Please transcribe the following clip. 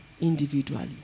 individually